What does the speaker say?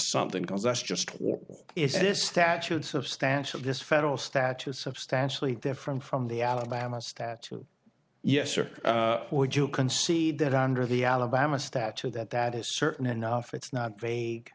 something because that's just war is this statutes of stash of this federal statute substantially different from the alabama statute yes or would you concede that under the alabama statue that that is certain enough it's not vague